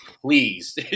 please